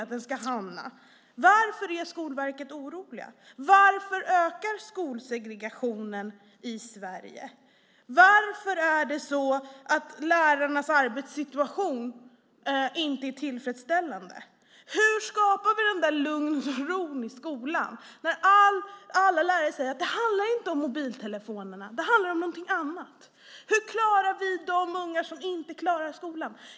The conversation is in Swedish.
Varför är man orolig på Skolverket? Varför ökar skolsegregationen i Sverige? Varför är lärarnas arbetssituation inte tillfredsställande? Hur skapar vi lugn och ro i skolan? Alla lärare säger att det inte handlar om mobiltelefoner utan om något annat. Hur hjälper vi de unga som inte klarar skolan?